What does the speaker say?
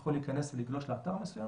יכול להיכנס ולגלוש באתר מסוים